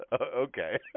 Okay